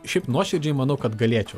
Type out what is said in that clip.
šiaip nuoširdžiai manau kad galėčiau